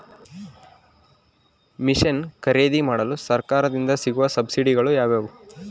Mission ಖರೇದಿಮಾಡಲು ಸರಕಾರದಿಂದ ಸಿಗುವ ಸಬ್ಸಿಡಿಗಳು ಯಾವುವು?